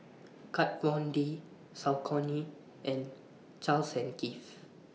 Kat Von D Saucony and Charles and Keith